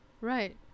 Right